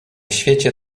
świecie